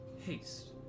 Haste